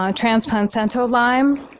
um transplacental lyme,